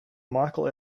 michael